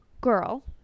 girl